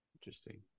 Interesting